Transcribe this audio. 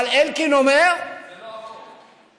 אבל אלקין אומר, זה לא החוק.